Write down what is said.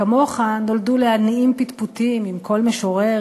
// כמוך נולדו להנעים פטפוטים / עם כל משורר,